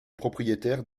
propriétaire